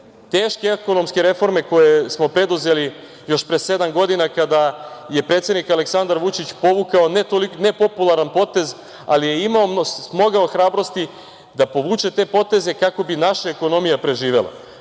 teške ekonomske reforme koje smo preduzeli još pre sedam godina, kada je predsednika Aleksandar Vučić povukao nepopularan potez, ali je smogao hrabrosti da povuče te poteze kako bi naša ekonomija preživela. Moramo